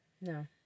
No